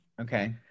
Okay